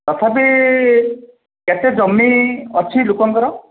ତଥାପି କେତେ ଜମି ଅଛି ଲୋକଙ୍କର